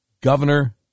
Governor